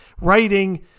writing